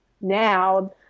now